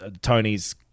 Tony's